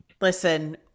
listen